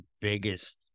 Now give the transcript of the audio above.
biggest